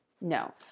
No